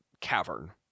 cavern